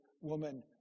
woman